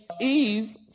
Eve